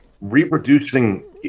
reproducing